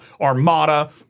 armada